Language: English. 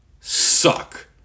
suck